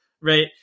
Right